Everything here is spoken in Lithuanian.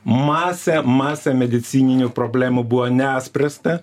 masė masė medicininių problemų buvo nespręsta